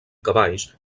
cavalls